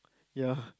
ya